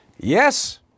Yes